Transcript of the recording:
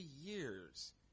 years